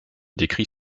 décrit